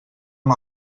amb